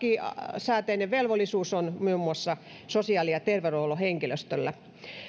lakisääteinen velvollisuus on muun muassa sosiaali ja terveydenhuollon henkilöstöllä